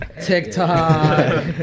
TikTok